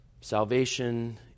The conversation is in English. salvation